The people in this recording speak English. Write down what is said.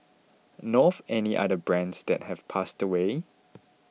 know of any other brands that have passed away